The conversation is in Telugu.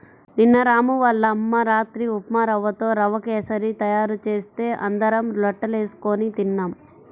నిన్న రాము వాళ్ళ అమ్మ రాత్రి ఉప్మారవ్వతో రవ్వ కేశరి తయారు చేస్తే అందరం లొట్టలేస్కొని తిన్నాం